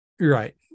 Right